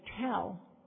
tell